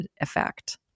effect